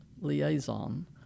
liaison